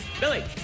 Billy